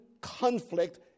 conflict